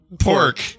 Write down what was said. pork